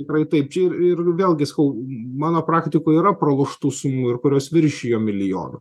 tikrai taip čia ir ir vėlgi sakau mano praktikoj yra praloštų sumų ir kurios viršijo milijoną